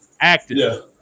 active